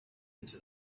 into